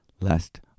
lest